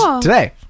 today